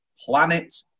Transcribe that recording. Planet